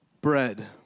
bread